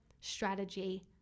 strategy